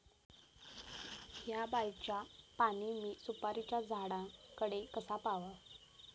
हया बायचा पाणी मी सुपारीच्या झाडान कडे कसा पावाव?